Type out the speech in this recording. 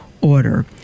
order